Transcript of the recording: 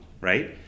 right